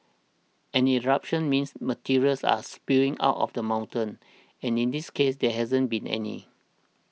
an eruption means materials are spewing out of the mountain and in this case there hasn't been any